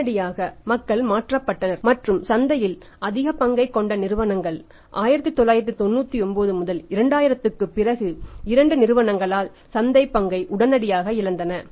உடனடியாக மக்கள் மாற்றப்பட்டனர் மற்றும் சந்தையில் அதிக பங்கை கொண்ட நிறுவனங்கள் 1999 2000 க்குப் பிறகு இந்த இரண்டு நிறுவனங்களால் சந்தை பங்கை உடனடியாக இழந்தன